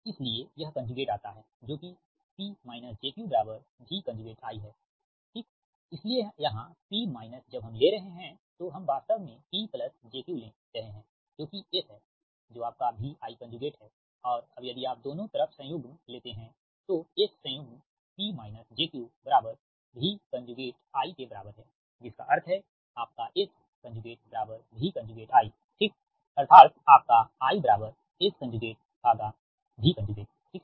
इसलिए यह कंजुगेट आता है जो कि P j Q V I हैठीक इसीलिए यहाँ P माइनस जब हम ले रहे हैं तो हम वास्तव में P j Q ले रहे हैं जो कि S है जो आपका VI कंजुगेट है और अब यदि आप दोनों तरफ संयुग्म लेते हैं तो S संयुग्म P j Q V I के बराबर है जिसका अर्थ है आपका S V I ठीक अर्थात आपका I SV ठीक है